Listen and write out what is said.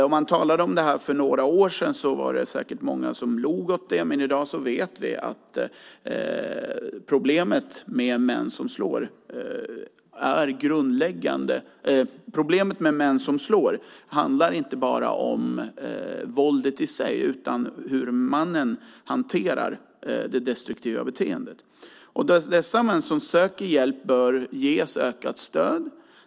När man talade om det här för några år sedan var det säkert många som log, men i dag vet vi att problemet med män som slår inte bara handlar om våldet i sig utan hur mannen hanterar det destruktiva beteendet. Dessa män som söker hjälp bör ges ökat stöd.